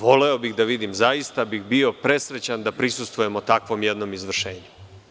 Voleo bih da vidim, zaista bih bio presrećan da prisustvujemo takvom jednom izvršenju.